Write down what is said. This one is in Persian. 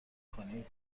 کنی